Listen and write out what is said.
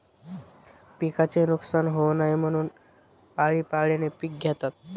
पिकाचे नुकसान होऊ नये म्हणून, आळीपाळीने पिक घेतात